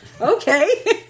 okay